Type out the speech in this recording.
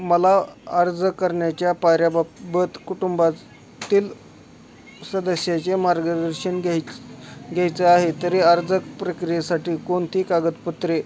मला अर्ज करण्याच्या पायऱ्यांबाबत कुटुंबाच् तील सदस्याचे मार्गदर्शन घ्यायच् घ्यायचं आहे तरी अर्ज प्रक्रियेसाठी कोणती कागदपत्रे